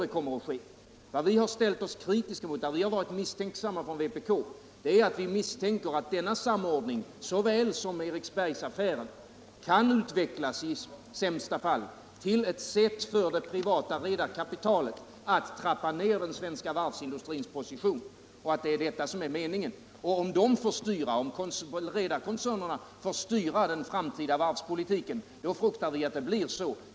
Vi inom vpk är kritiska och misstänksamma mot denna samordning och mot Eriksbergsaffären. I sämsta fall kan det hela utvecklas till ett sätt för det privata redarkapitalet att trappa ner den svenska varvsindustrins position. Detta är kanske meningen. Om redarkoncernerna får styra den framtida varvspolitiken, fruktar vi att det blir så.